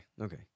Okay